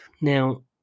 now